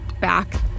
back